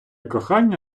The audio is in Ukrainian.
кохання